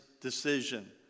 decision